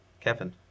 Kevin